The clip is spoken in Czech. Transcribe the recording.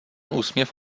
úsměv